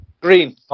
Green